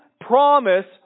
promise